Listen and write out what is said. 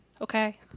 Okay